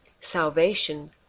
Salvation